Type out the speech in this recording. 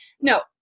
No